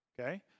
Okay